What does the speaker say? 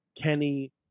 Kenny